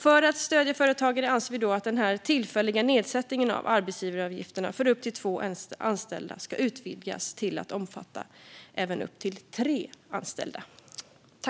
För att stödja företagen anser vi att den tillfälliga nedsättningen av arbetsgivaravgiften för upp till två anställda ska utvidgas till att omfatta upp till tre anställda.